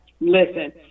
Listen